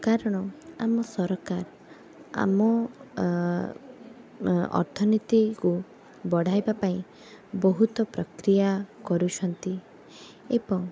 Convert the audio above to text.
କାରଣ ଆମ ସରକାର ଆମ ଅର୍ଥନୀତିକୁ ବଢ଼ାଇବା ପାଇଁ ବହୁତ ପ୍ରକ୍ରିୟା କରୁଛନ୍ତି ଏବଂ